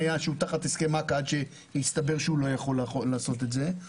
תחת הסכם אכ"א עד שיסתבר שהוא לא יכול לעשות את זה.